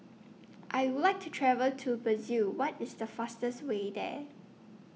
I Would like to travel to Brazil What IS The fastest Way There